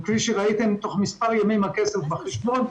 כפי שראיתם תוך כמה ימים הכסף בחשבון.